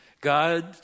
God